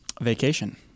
Vacation